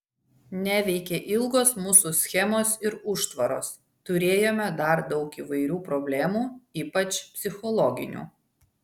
neveikė ilgos mūsų schemos ir užtvaros turėjome dar daug įvairių problemų ypač psichologinių